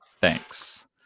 Thanks